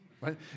right